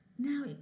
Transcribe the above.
Now